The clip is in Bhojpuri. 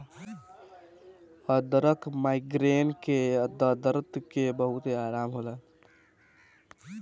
अदरक माइग्रेन के दरद में बहुते आराम देला